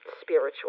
spiritual